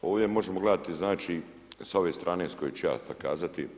Ovdje možemo gledati znači sa ove strane sa koje ću ja sad kazati.